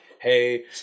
hey